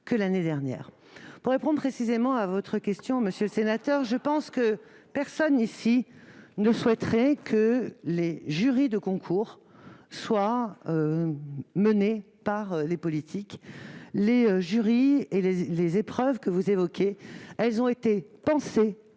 que l'année dernière. Pour répondre précisément à votre question, monsieur le sénateur Houpert, personne ici ne souhaiterait que les jurys de concours soient menés par les politiques. Les épreuves que vous évoquez ont été pensées